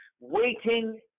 Waiting